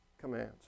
commands